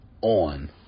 on